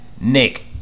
Nick